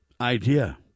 idea